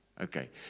okay